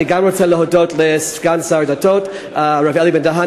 אני רוצה להודות לסגן שר הדתות הרב אלי בן-דהן